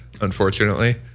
unfortunately